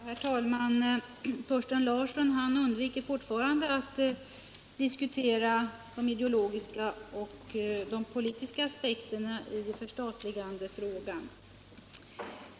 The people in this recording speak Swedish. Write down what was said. Herr talman! Herr Larsson i Staffanstorp undviker fortfarande att diskutera de ideologiska och politiska aspekterna i förstatligandefrågan.